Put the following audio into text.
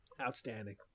Outstanding